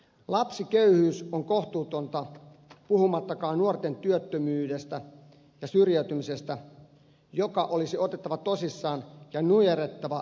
lapsiköyhyys on kohtuutonta puhumattakaan nuorten työttömyydestä ja syrjäytymisestä joka olisi otettava tosissaan ja nujerrettava yhdessä toimien